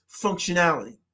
functionality